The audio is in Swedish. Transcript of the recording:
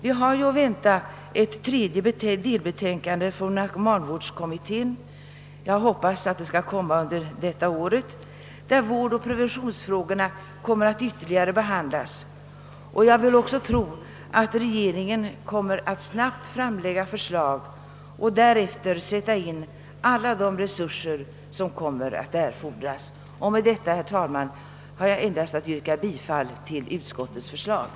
Ett tredje delbetänkande är att vänta från narkomanvårdskommittén — jag hoppas att det kommer i år — där vårdoch preventionsfrågorna ytterligare kommer att behandlas. Jag vill tro att regeringen snabbt därefter kommer att framlägga förslag och sätta in alla de resurser som erfordras. Herr talman! Jag ber att få yrka bifall till utskottets hemställan.